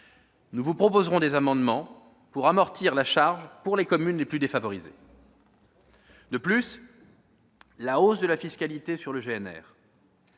Nous vous proposerons des amendements pour amortir la charge pour les communes les plus défavorisées. De plus, la hausse de la fiscalité sur le